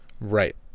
Right